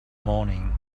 morning